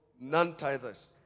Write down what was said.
non-tithers